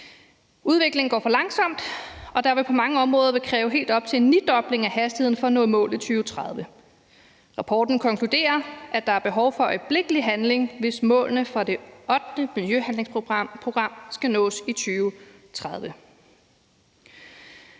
Udviklingen går for langsomt, og det vil på mange områder kræve helt op til en nidobling af hastigheden for at nå i mål i 2030. Rapporten konkluderer, at der er behov for øjeblikkelig handling, hvis målene fra det ottende miljøhandlingsprogram skal nås i 2030.